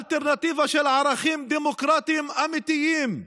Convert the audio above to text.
אלטרנטיבה של ערכים דמוקרטיים אמיתיים.